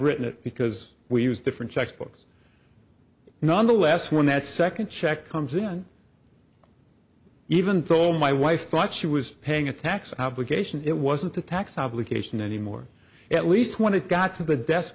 written it because we use different textbooks nonetheless when that second check comes in even told my wife thought she was paying a tax obligation it wasn't the tax obligation anymore at least when it got to the desk